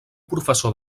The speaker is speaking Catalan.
professor